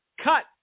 cut